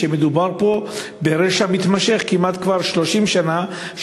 כשמדובר פה ברשע מתמשך כמעט כבר 30 שנה,